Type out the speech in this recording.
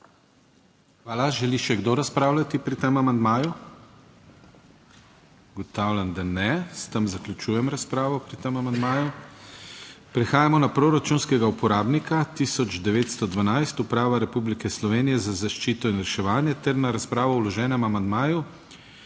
Hvala. Želi še kdo razpravljati pri tem amandmaju? Ugotavljam, da ne. S tem zaključujem razpravo pri tem amandmaju. Prehajamo na proračunskega uporabnika 1912 - Uprava Republike Slovenije za zaščito in reševanje ter na razpravo o vloženem amandmaju